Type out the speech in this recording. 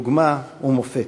דוגמה ומופת.